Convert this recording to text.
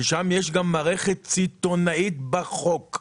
שם יש גם מערכת סיטונאית בחוק.